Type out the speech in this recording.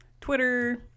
Twitter